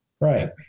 Right